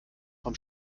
vom